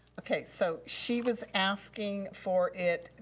okay, so she was asking for it,